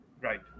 Right